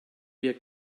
wir